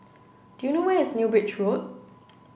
do you know where is New Bridge Road